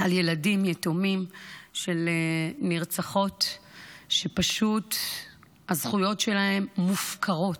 על ילדים יתומים של נרצחות שפשוט הזכויות שלהם מופקרות.